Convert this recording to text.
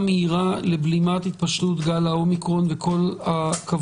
התשפ"ב-2021, אושרו.